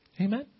Amen